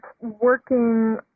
working